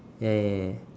ya ya ya ya